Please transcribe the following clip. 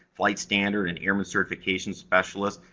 flight standard and airman certification specialist.